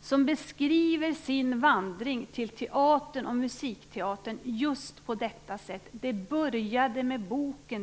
som beskriver sin vandring till teatern och musikteatern på det här sättet: Det började med boken.